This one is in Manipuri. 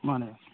ꯃꯥꯟꯅꯦ